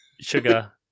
sugar